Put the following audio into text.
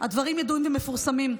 הדברים ידועים ומפורסמים.